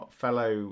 fellow